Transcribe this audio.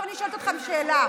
אני שואלת אתכם שאלה: